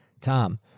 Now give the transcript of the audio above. Tom